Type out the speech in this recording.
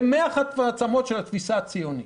במח העצמות של התפיסה הציונית,